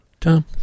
Tom